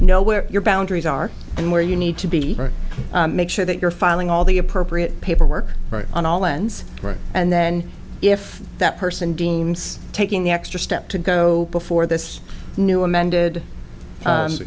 know where your boundaries are and where you need to be right make sure that you're filing all the appropriate paperwork right on all ends right and then if that person deems taking the extra step to go before this new amended